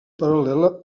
paral·lela